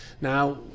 Now